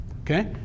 okay